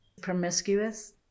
promiscuous